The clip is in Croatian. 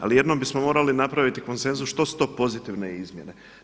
Ali jednom bismo morali napraviti konsenzus što su to pozitivne izmjene.